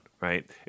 right